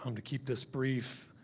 um to keep this brief,